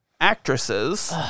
actresses